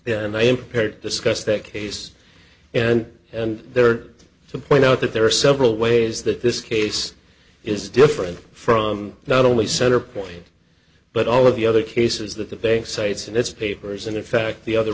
then and i am prepared discuss that case and and there are to point out that there are several ways that this case is different from not only center point but all of the other cases that the bank cites and its papers and in fact the other